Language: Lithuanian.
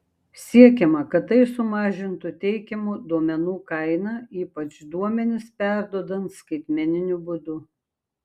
siekiama kad tai sumažintų teikiamų duomenų kainą ypač duomenis perduodant skaitmeniniu būdu